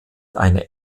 eine